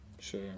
Sure